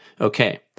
Okay